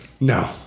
No